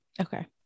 Okay